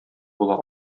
була